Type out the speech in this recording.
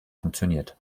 funktioniert